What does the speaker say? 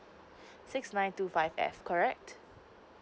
six nine two five F correct